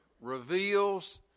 reveals